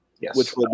Yes